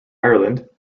ireland